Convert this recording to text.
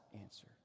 answer